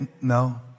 No